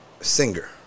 Singer